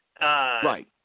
Right